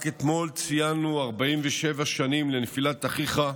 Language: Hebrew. רק אתמול ציינו 47 שנים לנפילת אחיך,